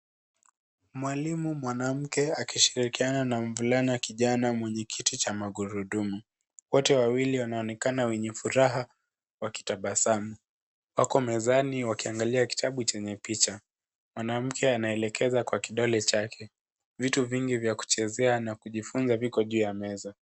Mwalimu mwanamke akishirikiana na mvulana kijana mwenye kiti cha magurudumu. Wote wawili wanaonekana wenye furaha wakitabasamu. Wako mezani wakiangalia kitabu chenye picha. Mwanamke anaelekeza kwa kidole chake. Vitu vingi vya kuchezea na kujifunza viko juu ya meza.